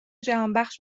جهانبخش